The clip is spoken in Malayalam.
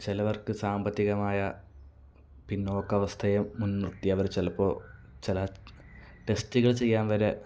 ചിലവർക്ക് സാമ്പത്തികമായ പിന്നോക്കാവസ്ഥയെ മുൻനിർത്തി അവർ ചിലപ്പോൾ ചില ടെസ്റ്റുകൾ ചെയ്യാൻ വരെ